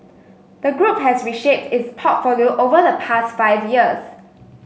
the group has reshaped its portfolio over the past five years